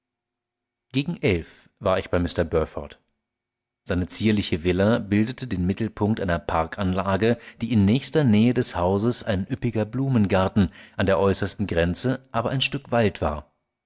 gegen elf war ich bei mr burford seine zierliche villa bildete den mittelpunkt einer parkanlage die in nächster nähe des hauses ein üppiger blumengarten an der äußersten grenze aber ein stück wald war